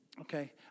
Okay